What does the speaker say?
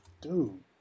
dude